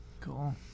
Cool